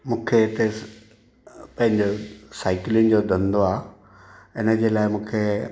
मूंखे हिते पंहिंजो साईकिलुनि जो धंधो आहे हिनजे लाइ मूंखे